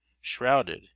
shrouded